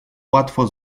łatwo